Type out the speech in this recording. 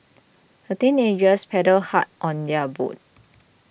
the teenagers paddled hard on their boat